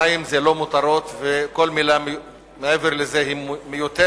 מים זה לא מותרות, וכל מלה מעבר לזה היא מיותרת.